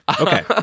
Okay